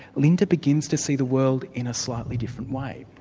linda begins to see the world in a slightly different way.